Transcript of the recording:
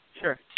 Sure